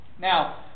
now